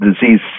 disease